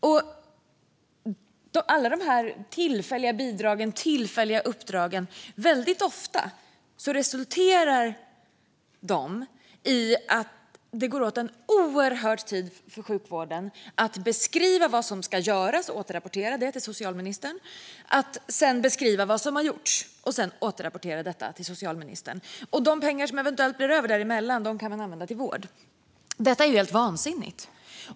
Väldigt ofta resulterar alla dessa tillfälliga bidrag och tillfälliga uppdrag i att det går åt en oerhörd tid för sjukvården att beskriva vad som ska göras och återrapportera det till socialministern och att sedan beskriva vad som har gjorts och sedan återrapportera det till socialministern. De pengar som eventuellt blir över däremellan kan man använda till vård. Detta är helt vansinnigt.